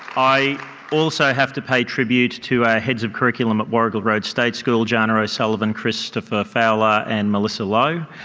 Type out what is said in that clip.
i also have to pay tribute to our heads of curriculum at warrigal road state school, jana o'sullivan, christopher fowler, and melissa low,